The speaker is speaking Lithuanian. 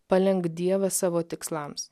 palenk dievas savo tikslams